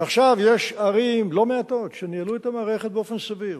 ועכשיו יש ערים לא מעטות שניהלו את המערכת באופן סביר.